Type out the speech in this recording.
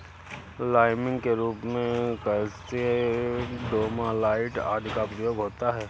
liming के रूप में कैल्साइट, डोमालाइट आदि का प्रयोग होता है